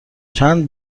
چند